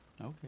Okay